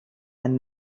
and